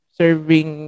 serving